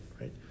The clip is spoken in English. right